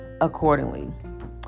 accordingly